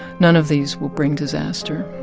none of these will bring disaster.